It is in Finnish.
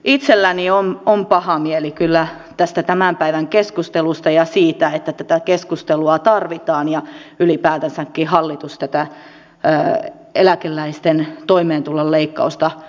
itselläni on paha mieli kyllä tästä tämän päivän keskustelusta ja siitä että tätä keskustelua tarvitaan ja ylipäätänsäkin hallitus tätä eläkeläisten toimeentulon leikkausta esittää